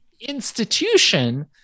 institution